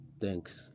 thanks